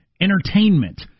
entertainment